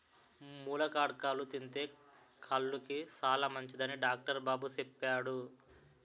ములక్కాడలు తింతే కళ్ళుకి సాలమంచిదని డాక్టరు బాబు సెప్పాడు